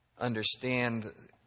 understand